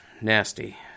Nasty